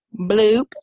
Bloop